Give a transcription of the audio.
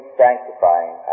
sanctifying